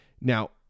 now